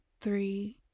three